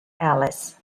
alice